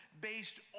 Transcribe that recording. based